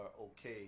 okay